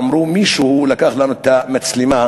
אמרו: מישהו לקח לנו את המצלמה,